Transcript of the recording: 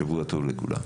שבוע טוב לכולם.